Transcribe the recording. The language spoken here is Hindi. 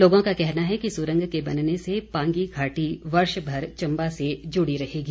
लोगों का कहना है कि सुरंग के बनने से पांगी घाटी वर्ष भर चम्बा से जुड़ी रहेगी